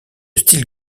style